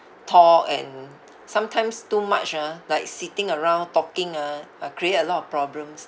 talk and sometimes too much ah like sitting around talking ah ah create a lot of problems